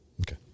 Okay